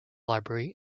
library